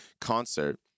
concert